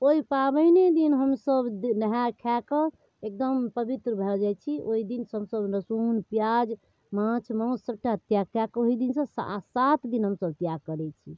ओहि पाबनिदिन हमसभ नहा खाकऽ एगदम पवित्र भऽ जाइ छी ओहिदिनसँ हमसभ लहसुन पिआज माँछ मौससबटा त्याग त्याग कऽ कऽ ओहिदिनसँ आओर सात दिन हमसभ त्याग करै छी